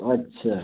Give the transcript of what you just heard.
अच्छा